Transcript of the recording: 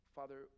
Father